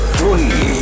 three